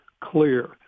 clear